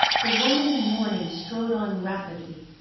the woman in mourning strode on rapidly,